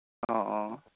অঁ অঁ